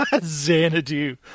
Xanadu